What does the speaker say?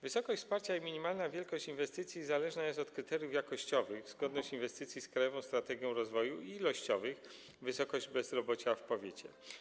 Wysokość wsparcia i minimalna wielkość inwestycji zależne są od kryteriów jakościowych - zgodność inwestycji z krajową strategią rozwoju, i ilościowych - wysokość bezrobocia w powiecie.